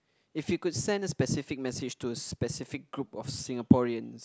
if you could send a specific message to a specific group of Singaporeans